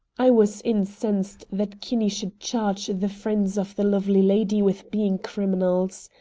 i was incensed that kinney should charge the friends of the lovely lady with being criminals.